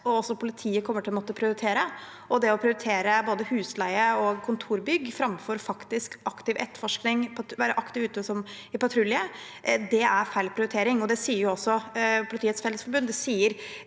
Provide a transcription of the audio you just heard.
politiet kommer til å måtte prioritere. Det å prioritere både husleie og kontorbygg framfor faktisk aktiv etterforskning og å være aktiv ute i patrulje er feil prioritering. Det sier også Politiets Fellesforbund,